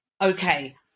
okay